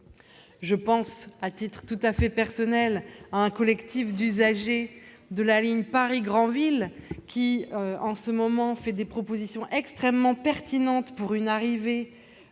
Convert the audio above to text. Je pense aussi, à titre tout à fait personnel, à un collectif d'usagers de la ligne Paris-Granville qui fait en ce moment des propositions extrêmement pertinentes pour que le